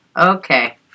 Okay